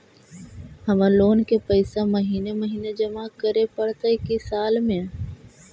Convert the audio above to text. हमर लोन के पैसा महिने महिने जमा करे पड़तै कि साल में?